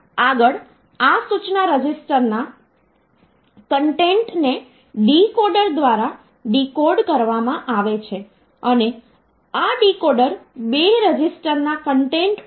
તો પછી આ નંબર સિસ્ટમમાં આપણી પાસે x1 x2 x3 xn સંખ્યા હોઈ શકે છે જેનો આધાર b છે તેથી તે આ રીતે રજૂ થાય છે x1 x2 x3 xnb